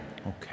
Okay